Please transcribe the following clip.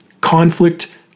conflict